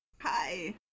Hi